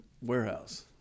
warehouse